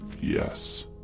Yes